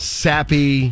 sappy